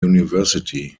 university